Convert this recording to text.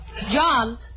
John